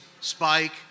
Spike